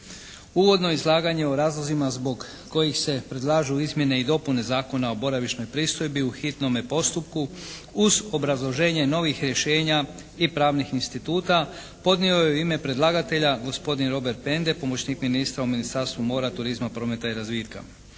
Uvodno izlaganje o razlozima zbog kojih se predlažu izmjene i dopune Zakona o boravišnoj pristojbi u hitnome postupku uz obrazloženje novih rješenja i pravnih instituta podnio je u ime predlagatelja gospodin Robert Pende, pomoćnik ministra u Ministarstvu mora, turizma, prometa i razvitka.